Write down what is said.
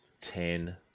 ten